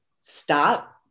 Stop